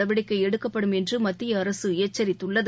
நடவடிக்கை எடுக்கப்படும் என்று மத்திய அரசு எச்சித்துள்ளது